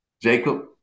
Jacob